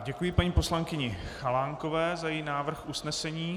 Děkuji paní poslankyni Chalánkové za její návrh usnesení.